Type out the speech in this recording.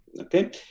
Okay